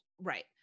Right